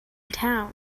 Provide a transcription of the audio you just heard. town